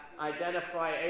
identify